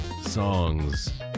songs